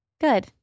good